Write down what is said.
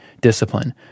discipline